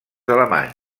alemanys